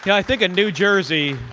yeah i think a new jersey